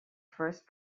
first